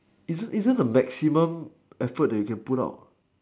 isn't isn't the maximum effort that you can put out